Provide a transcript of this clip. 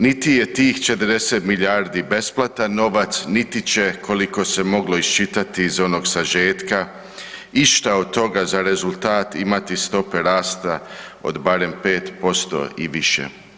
Niti je tih 40 milijardi besplatan novac niti će, koliko se moglo iščitati iz onog sažetka išta od toga za rezultat imati stope rasta od barem 5% i više.